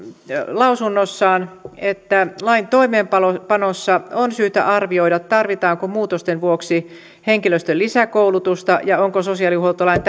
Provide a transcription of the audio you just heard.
lausunnossaan että lain toimeenpanossa on syytä arvioida tarvitaanko muutosten vuoksi henkilöstön lisäkoulutusta ja onko sosiaalihuoltolain